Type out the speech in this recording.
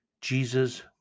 Jesus